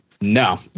no